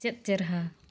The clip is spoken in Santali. ᱪᱮᱫ ᱪᱮᱨᱦᱟ